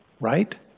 right